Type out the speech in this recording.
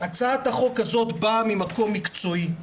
הצעת החוק הזאת באה ממקום מקצועי.